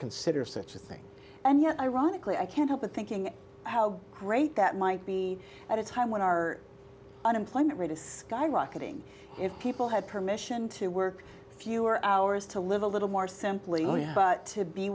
consider such a thing and yet ironically i can't help thinking how great that might be at a time when our unemployment rate is skyrocketing if people had permission to work fewer hours to live a little more simply oh yeah but to be